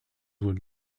would